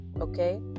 okay